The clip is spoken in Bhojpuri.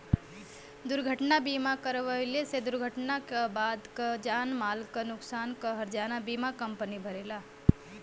दुर्घटना बीमा करवले से दुर्घटना क बाद क जान माल क नुकसान क हर्जाना बीमा कम्पनी भरेला